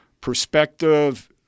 perspective